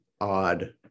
odd